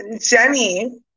Jenny